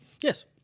Yes